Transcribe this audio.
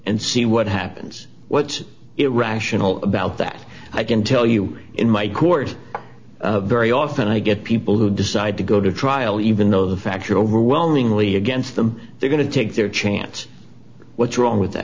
and see what happens what's irrational about that i can tell you in my court very often i get people who decide to go to trial even though the factual overwhelmingly against them they're going to take their chance what's wrong with that